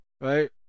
right